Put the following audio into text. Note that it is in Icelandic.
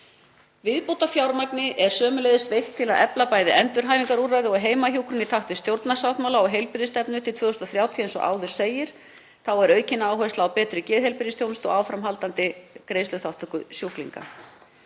Viðbótarfjármagn er sömuleiðis veitt til að efla bæði endurhæfingarúrræði og heimahjúkrun í takt við stjórnarsáttmála og heilbrigðisstefnu til 2030, eins og áður segir. Þá er aukin áhersla á betri geðheilbrigðisþjónustu og áframhaldandi lægri greiðsluþátttöku sjúklinga.